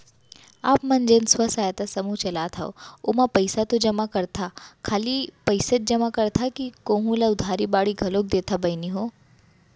आप मन जेन स्व सहायता समूह चलात हंव ओमा पइसा तो जमा करथा खाली पइसेच जमा करथा कि कोहूँ ल उधारी बाड़ी घलोक देथा बहिनी हो?